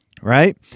Right